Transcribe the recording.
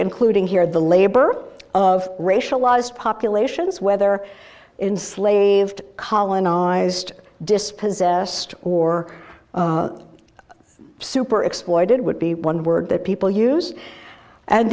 including here the labor of racialized populations whether in slaved colonized dispossessed or super exploited would be one word that people use and